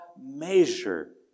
measure